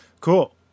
Cool